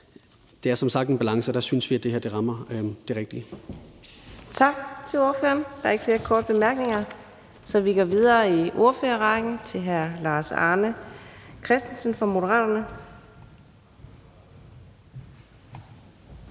det er som sagt en balance, og der synes vi, at det her rammer det rigtige. Kl. 13:43 Fjerde næstformand (Karina Adsbøl): Tak til ordføreren. Der er ikke flere korte bemærkninger, så vi går videre i ordførerrækken til hr. Lars Arne Christensen fra Moderaterne.